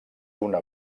una